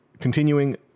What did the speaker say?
Continuing